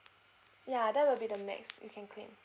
ya that will be the max you can claim